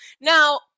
Now